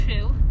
True